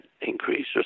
increase